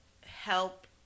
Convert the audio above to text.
help